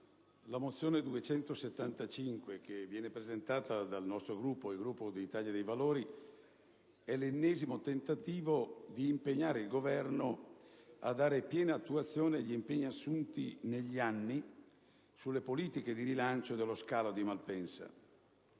la mozione n. 275, presentata dal Gruppo dell'Italia dei Valori, è l'ennesimo tentativo di impegnare il Governo a dare piena attuazione agli impegni assunti negli anni sulle politiche di rilancio dello scalo di Malpensa